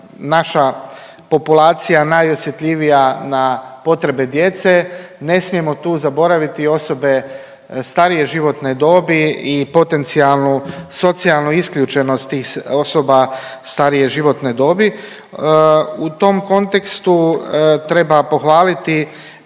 naša populacija najosjetljivija na potrebe djece, ne smijemo tu zaboraviti osobe starije životne dobi i potencijalnu socijalnu isključenost osoba starije životne dobi. U tom kontekstu treba pohvaliti